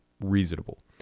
reasonable